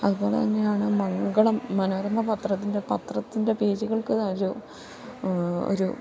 അതുപോലെ തന്നെയാണ് മംഗളം മനോരമ പത്രത്തിൻ്റെ പേജുകൾക്കതൊരു ഒരു